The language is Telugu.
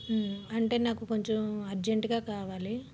అంటే నాకు కొంచెం అర్జెంట్గా కావాలి